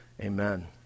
Amen